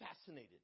fascinated